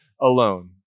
alone